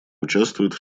участвуют